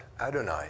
Adonai